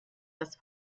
das